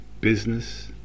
business